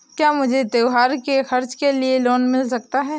क्या मुझे त्योहार के खर्च के लिए लोन मिल सकता है?